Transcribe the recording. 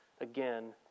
again